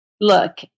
look